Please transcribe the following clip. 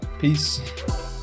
Peace